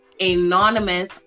anonymous